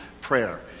Prayer